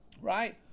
right